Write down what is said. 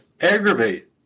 aggravate